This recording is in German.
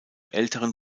älteren